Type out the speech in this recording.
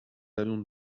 allons